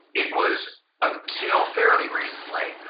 it was until fairly recently,